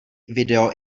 video